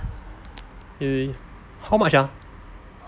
err how much ah